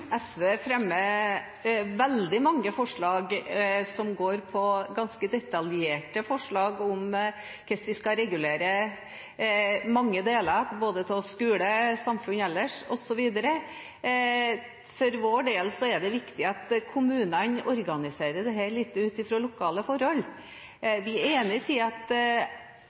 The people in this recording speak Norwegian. SV fremmer veldig mange forslag, veldig mange detaljerte forslag, om hvordan vi skal regulere mange områder både når det gjelder skole og samfunnet ellers. For vår del er det viktig at kommunene organiserer dette litt ut fra lokale forhold. Vi er enige i at